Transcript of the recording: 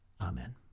Amen